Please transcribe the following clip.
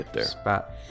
spot